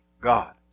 God